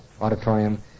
auditorium